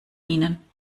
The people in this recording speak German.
ihnen